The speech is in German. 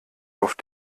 auf